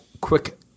quick